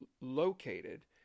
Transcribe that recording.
located